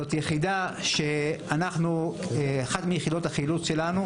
זו יחידה שהיא אחת מיחידות החילוץ שלנו,